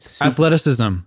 Athleticism